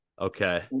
Okay